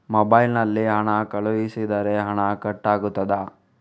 Mobile ನಲ್ಲಿ ಹಣ ಕಳುಹಿಸಿದರೆ ಹಣ ಕಟ್ ಆಗುತ್ತದಾ?